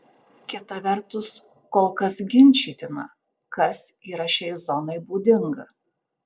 kita vertus kol kas ginčytina kas yra šiai zonai būdinga